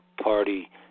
Party